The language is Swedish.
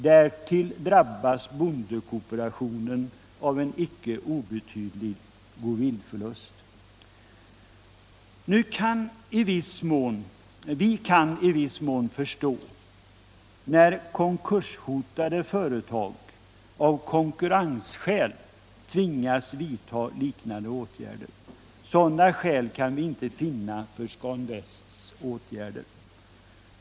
Därtill drabbas bondekooperationen av en icke obetydlig goodwillförlust. Vi kan i viss mån förstå, när konkurshotade företag av konkurrensskäl tvingas vidta liknande åtgärder. Sådana skäl kan vi inte finna för Scan Västs åtgärder.